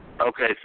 Okay